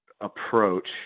approach